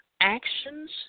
actions